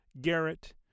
Garrett